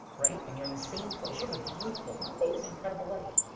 right? and you're in the same place, you have a beautiful amazing credible life.